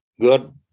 good